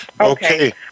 Okay